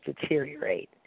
deteriorate